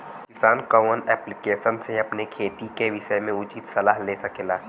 किसान कवन ऐप्लिकेशन से अपने खेती के विषय मे उचित सलाह ले सकेला?